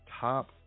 top